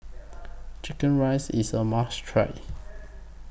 Chicken Rice IS A must Try